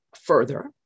further